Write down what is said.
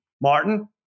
Martin